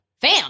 fam